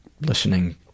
listening